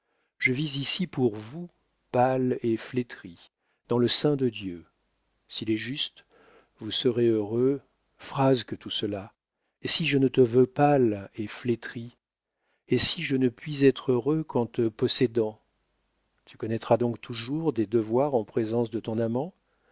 je vis ici pour vous pâle et flétrie dans le sein de dieu s'il est juste vous serez heureux phrases que tout cela et si je te veux pâle et flétrie et si je ne puis être heureux qu'en te possédant tu connaîtras donc toujours des devoirs en présence de ton amant